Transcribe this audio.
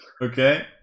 Okay